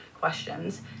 questions